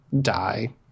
die